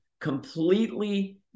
completely